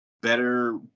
better